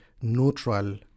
neutral